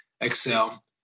excel